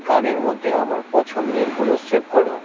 গানের মধ্যে আমার পছন্দেরগুলো সেভ করো